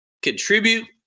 Contribute